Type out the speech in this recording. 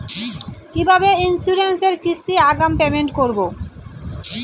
কিভাবে ইন্সুরেন্স এর কিস্তি আগাম পেমেন্ট করবো?